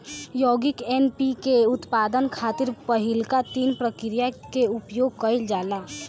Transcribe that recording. यौगिक एन.पी.के के उत्पादन खातिर पहिलका तीन प्रक्रिया के उपयोग कईल जाला